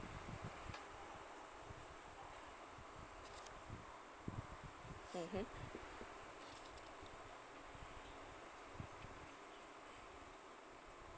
mmhmm